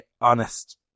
honest